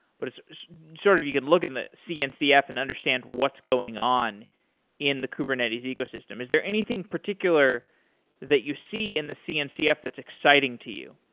but sort of you could look in the cncf and understand what's going on in the kubernetes ecosystem, is there anything particular that you see in the cncf that's exciting to you?